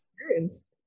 experience